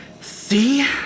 See